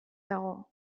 dago